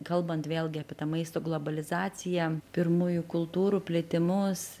kalbant vėlgi apie tą maisto globalizaciją pirmųjų kultūrų plitimus